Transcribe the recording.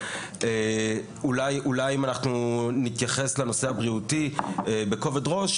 אולי אנחנו נתייחס לנושא הבריאותי בכובד ראש,